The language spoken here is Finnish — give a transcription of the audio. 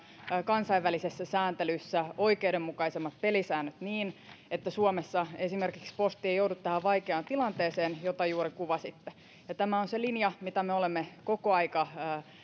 kansainvälisessä sääntelyssä oikeudenmukaisemmat pelisäännöt niin että suomessa esimerkiksi posti ei joudu tähän vaikeaan tilanteeseen jota juuri kuvasitte tämä on se linja mitä me olemme koko ajan